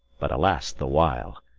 but, alas the while!